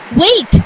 Wait